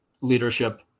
leadership